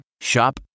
Shop